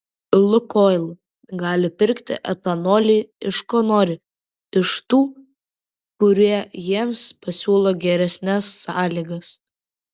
lukoil gali pirkti etanolį iš ko nori iš tų kurie jiems pasiūlo geresnes sąlygas